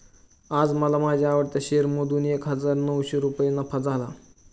आज मला माझ्या आवडत्या शेअर मधून एक हजार नऊशे रुपये नफा झाला